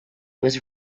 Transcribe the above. was